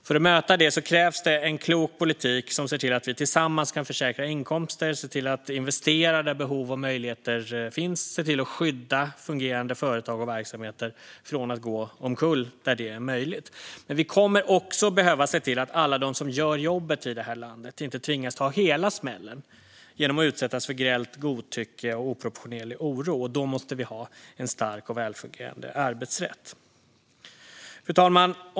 För att möta dem krävs en klok politik som ser till att vi tillsammans kan försäkra inkomster, ser till att investera där behov och möjligheter finns och ser till att skydda fungerande företag och verksamheter från att gå omkull där det är möjligt. Men vi kommer också att behöva se till att alla de som gör jobbet i landet inte tvingas ta hela smällen genom att utsättas för grällt godtycke och oproportionerlig oro. Då måste vi ha en stark och välfungerande arbetsrätt. Fru talman!